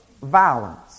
violence